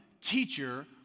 teacher